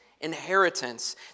inheritance